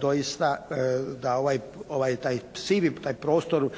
doista da ovaj, taj sivi, taj prostor,